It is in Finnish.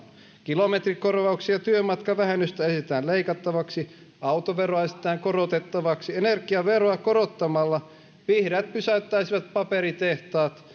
kilometrikorvauksia ja työmatkavähennystä esitetään leikattavaksi autoveroa esitetään korotettavaksi energiaveroa korottamalla vihreät pysäyttäisivät paperitehtaat